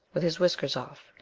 with his whiskers off,